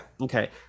Okay